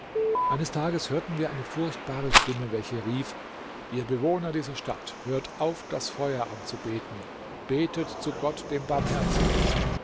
eines tages hörten wir eine furchtbare stimme welche rief ihr bewohner dieser stadt hört auf das feuer anzubeten betet zu gott dem barmherzigen